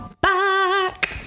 Back